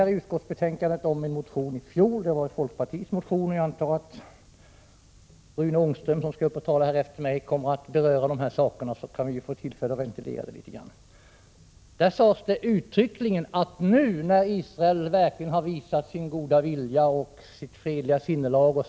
IT utskottsbetänkandet omnämns en folkpartimotion som väcktes i fjol, och jag antar att Rune Ångström, som skall tala senare under behandlingen av det här ärendet, kommer att beröra dessa saker och att vi på det viset får tillfälle att ventilera dem. I den motionen sades uttryckligen att nu, när Israel verkligen har visat sin goda vilja och sitt fredliga sinnelag etc.